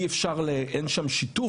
אי אפשר, אין שם שיתוף?